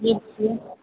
جی اچھی ہے